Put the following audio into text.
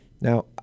Now